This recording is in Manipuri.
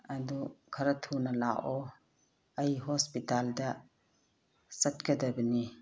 ꯑꯗꯣ ꯈꯔ ꯊꯨꯅ ꯂꯥꯛꯑꯣ ꯑꯩ ꯍꯣꯁꯄꯤꯇꯥꯜꯗ ꯆꯠꯀꯗꯕꯅꯤ